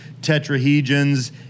tetrahedrons